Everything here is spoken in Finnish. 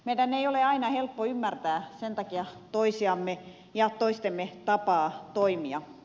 meidän ei ole aina helppo ymmärtää sen takia toisiamme ja toistemme tapaa toimia